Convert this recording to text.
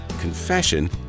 confession